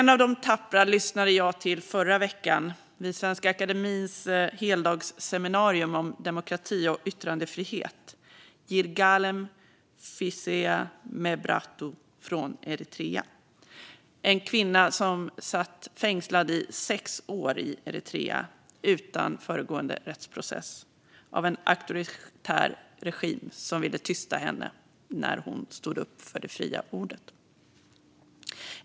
En av de tappra jag lyssnade på i förra veckan vid Svenska Akademiens heldagsseminarium om demokrati och yttrandefrihet var Yirgalem Fisseha Mebrahtu från Eritrea, en kvinna som suttit fängslad i sex år i Eritrea, utan föregående rättsprocess, av en auktoritär regim som velat tysta henne när hon stått upp för det fria ordet.